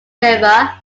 river